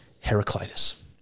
Heraclitus